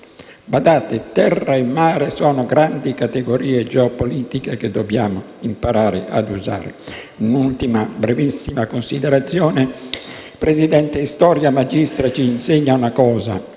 Badate: terra e mare sono grandi categorie geopolitiche che dobbiamo imparare ad usare. Un'ultima, brevissima considerazione: Presidente, *historia magistra* ci insegna una cosa: